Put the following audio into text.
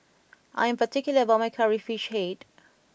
I am particular about my Curry Fish Head